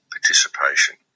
participation